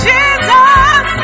Jesus